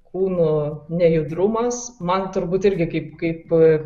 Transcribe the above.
kūnų nejudrumas man turbūt irgi kaip kaip